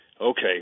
Okay